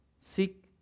Seek